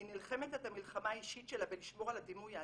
היא נלחמת את המלחמה האישית שלה בלשמור על הדימוי העצמי,